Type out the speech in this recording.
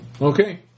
Okay